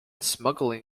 smuggling